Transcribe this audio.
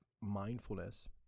mindfulness